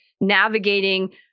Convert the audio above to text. navigating